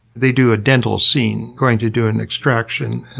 they do a dental scene, going to do an extraction